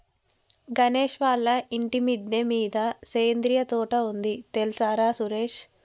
గణేష్ వాళ్ళ ఇంటి మిద్దె మీద సేంద్రియ తోట ఉంది తెల్సార సురేష్